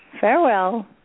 Farewell